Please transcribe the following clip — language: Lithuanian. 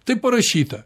taip parašyta